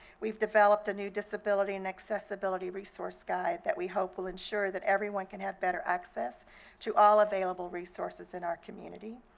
we've developed a new disability and accessibility resource guide that we hope will ensure that everyone can have better access to all available resources in our community.